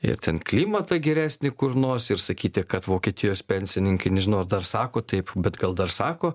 ir ten klimatą geresnį kur nors ir sakyti kad vokietijos pensininkai nežinau ar dar sako taip bet gal dar sako